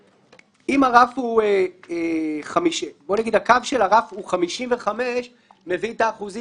שאם נגיד שהקו של הרף הוא 55 הוא מביא את האחוזים